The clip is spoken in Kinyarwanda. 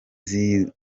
kizahora